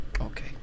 Okay